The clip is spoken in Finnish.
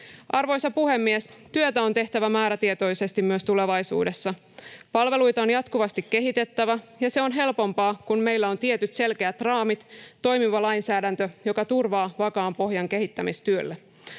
Arvoisa puhemies! Työtä on tehtävä määrätietoisesti myös tulevaisuudessa. Palveluita on jatkuvasti kehitettävä, ja se on helpompaa, kun meillä on tietyt selkeät raamit: toimiva lainsäädäntö, joka turvaa vakaan pohjan kehittämistyölle.